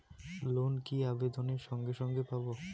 Loan কি আবেদনের সঙ্গে সঙ্গে পাব?